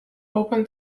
open